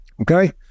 Okay